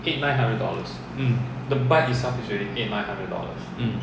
mm mm